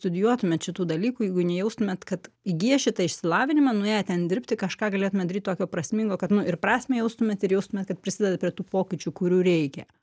studijuotumėt šitų dalykų jeigu nejaustumėt kad įgyję šitą išsilavinimą nuėję ten dirbti kažką galėtumėt daryt tokio prasmingo kad nu ir prasmę jaustumėt ir jaustumėt kad prisidedat prie tų pokyčių kurių reikia